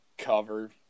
cover